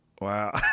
Wow